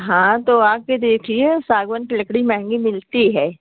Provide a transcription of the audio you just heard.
हाँ तो आकर देखिए सागवान की लकड़ी महँगी मिलती है